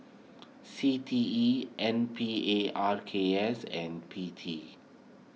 C T E N P A R K S and P T